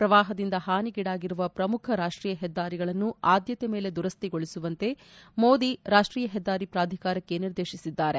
ಪ್ರವಾಹದಿಂದ ಹಾನಿಗೀಡಾಗಿರುವ ಪ್ರಮುಖ ರಾಷ್ಟೀಯ ಹೆದ್ದಾರಿಗಳನ್ನು ಆದ್ಯಕೆ ಮೇಲೆ ದುರಸ್ತಿಗೊಳಿಸುವಂತೆ ಮೋದಿ ರಾಷ್ಟೀಯ ಹೆದ್ದಾರಿ ಪ್ರಾಧಿಕಾರಕ್ಕೆ ನಿರ್ದೇಶಿಸಿದ್ದಾರೆ